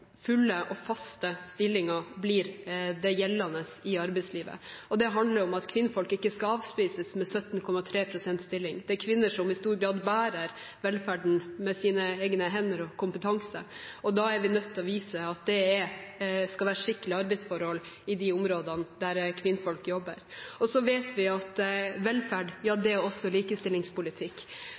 fulle og faste stillinger blir det gjeldende i arbeidslivet. Det handler om at kvinner ikke skal avspises med 17,3 pst. stilling. Det er kvinner som i stor grad bærer velferden med sine hender og sin kompetanse, og da er vi nødt til å vise at det skal være skikkelige arbeidsforhold på de områdene kvinner jobber. Så vet vi at velferd også er likestillingspolitikk. Hvis barnehagene forsvinner eller blir dyrere, eller eldreomsorgen blir dårligere, er